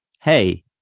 hey